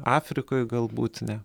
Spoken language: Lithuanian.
afrikoj galbūt ne